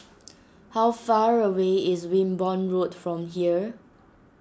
how far away is Wimborne Road from here